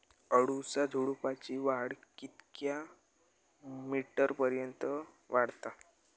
अडुळसा झुडूपाची वाढ कितक्या मीटर पर्यंत वाढता?